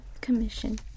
commission